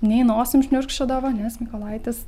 nei nosim šniurkščiodavo nes mykolaitis